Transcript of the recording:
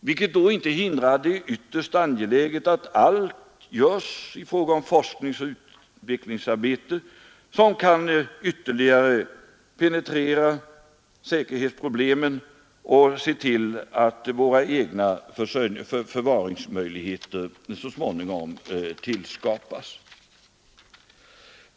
Detta hindrar inte att det är ytterst angeläget att allt görs i fråga om forskningsoch utvecklingsarbete, som kan ytterligare penetrera säkerhetsproblemen och leda till att egna förvaringsmöjligheter så småningom tillskapas.